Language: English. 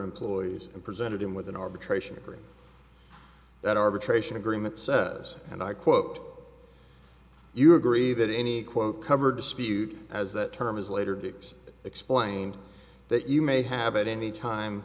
employees and presented him with an arbitration every that arbitration agreement says and i quote you agree that any quote covered dispute as that term is later vic's explained that you may have at any time